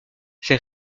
ces